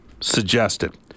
suggested